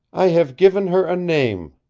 i have given her a name.